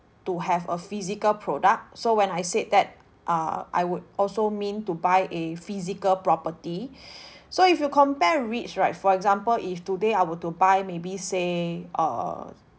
to have a physical product so when I said that uh I would also mean to buy a physical property so if you compare REITs right for example if today I were to buy maybe say err